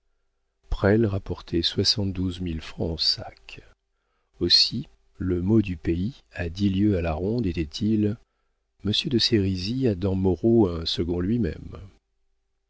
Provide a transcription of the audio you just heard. rapportait soixante-douze mille francs en sac aussi le mot du pays à dix lieues à la ronde était-il monsieur de sérisy a dans moreau un second lui-même